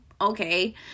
okay